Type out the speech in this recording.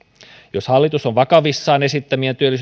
jos hallitus on vakavissaan esittämiensä